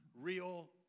real